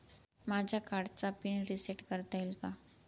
माझ्या कार्डचा pin reset करता येईल का?